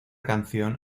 canción